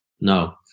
no